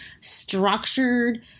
structured